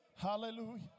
Hallelujah